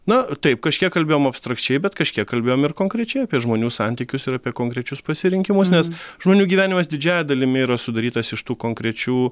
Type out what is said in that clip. na taip kažkiek kalbėjom abstrakčiai bet kažkiek kalbėjom ir konkrečiai apie žmonių santykius ir apie konkrečius pasirinkimus nes žmonių gyvenimas didžiąja dalimi yra sudarytas iš tų konkrečių